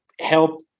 help